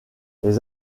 les